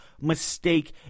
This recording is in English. mistake